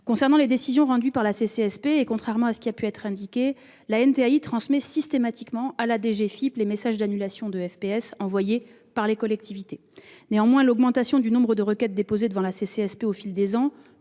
concerne les décisions rendues par la CCSP, et contrairement à ce qui a pu être indiqué, l'Antai transmet systématiquement à la DGFiP les messages d'annulation de FPS envoyés par les collectivités. Néanmoins, l'augmentation du nombre de requêtes déposées devant la CCSP au fil des ans-